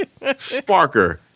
Sparker